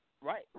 right